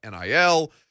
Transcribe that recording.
NIL